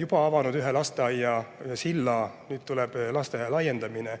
juba avanud ühe lasteaia ja ühe silla, nüüd tuleb lasteaia laiendamine.